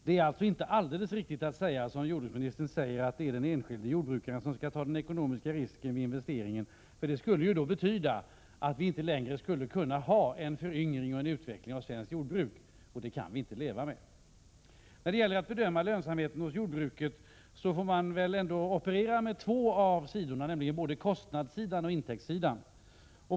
Det är alltså inte alldeles riktigt att säga — som jordbruksministern gör — att det är den enskilde jordbrukaren som skall ta den ekonomiska risken vid investeringen. Detta skulle ju betyda att vi inte längre skulle kunna ha en föryngring och en utveckling av svenskt jordbruk — och det kan vi inte leva med. När det gäller att bedöma lönsamheten hos jordbruket, får man väl ändå operera med två av sidorna, nämligen både kostnadsoch intäktssidan.